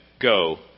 Go